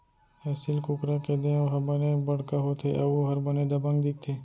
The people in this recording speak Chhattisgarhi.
एसील कुकरा के देंव ह बने बड़का होथे अउ ओहर बने दबंग दिखथे